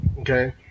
okay